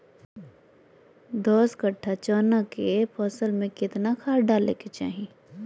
दस कट्ठा चना के फसल में कितना खाद डालें के चाहि?